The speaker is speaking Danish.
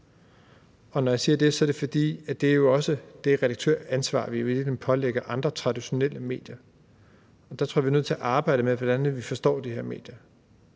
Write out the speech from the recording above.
Når jeg siger det, er det, fordi det jo også er det redaktøransvar, vi i virkeligheden pålægger andre traditionelle medier. Der tror jeg, at vi er nødt til at arbejde med, hvordan vi forstår de her medier.